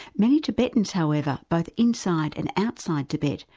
many tibetans however, both inside and outside tibet,